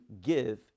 give